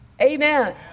Amen